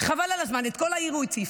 חבל על הזמן, את כל העיר הוא הציף.